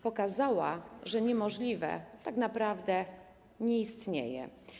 Pokazała, że niemożliwe tak naprawdę nie istnieje.